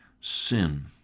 sin